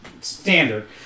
standard